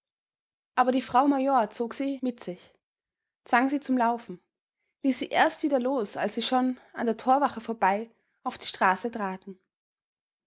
aber die frau major zog sie mit sich zwang sie zum laufen ließ sie erst wieder los als sie schon an der torwache vorbei auf die straße traten